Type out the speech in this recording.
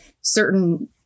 certain